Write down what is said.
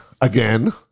again